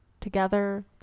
together